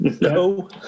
No